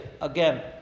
again